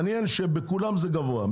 מעניין שבכולן זה גבוה,